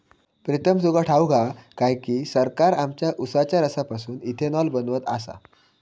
प्रीतम तुका ठाऊक हा काय की, सरकार आमच्या उसाच्या रसापासून इथेनॉल बनवत आसा